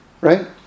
Right